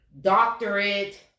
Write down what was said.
doctorate